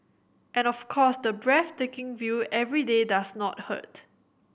and of course the breathtaking view every day does not hurt